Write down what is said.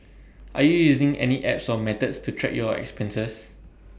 are you using any apps or methods to track your expenses